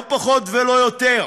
לא פחות ולא יותר,